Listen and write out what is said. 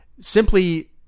simply